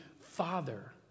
Father